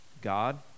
God